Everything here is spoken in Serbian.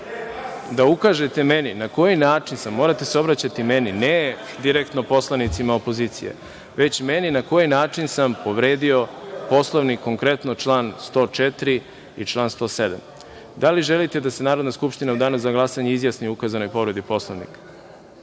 da ukažete meni na koji način sam, morate se obraćati meni, ne direktno poslanicima opozicije, već meni na koji način sam povredio Poslovnik, konkretno član 104. i član 107.Da li želite da se Narodna skupština u danu za glasanje izjasni o ukazanoj povredi Poslovnika?